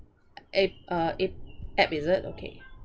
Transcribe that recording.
a~ uh a~ app is it okay